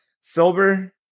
Silver